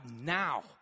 now